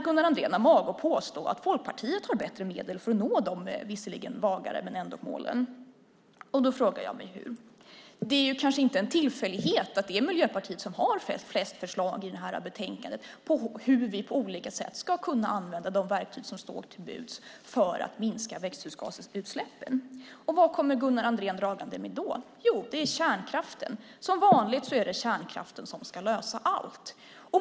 Gunnar Andrén har mage att påstå att Folkpartiet har bättre medel att nå de visserligen vagare men ändå satta målen. Jag frågar mig hur. Det är kanske inte en tillfällighet att det är Miljöpartiet som har flest förslag i betänkandet på hur vi på olika sätt ska kunna använda de verktyg som står till buds för att minska växthusgasutsläppen. Vad kommer då Gunnar Andrén dragande med? Jo, det är kärnkraften. Som vanligt är det kärnkraften som ska lösa allt.